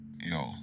yo